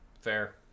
Fair